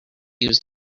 used